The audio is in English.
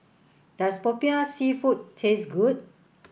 does Popiah Seafood taste good